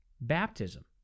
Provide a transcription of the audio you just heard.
baptism